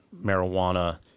marijuana